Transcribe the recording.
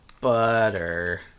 butter